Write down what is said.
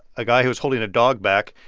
a guy who was holding a dog back.